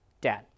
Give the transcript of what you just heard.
dad